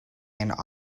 and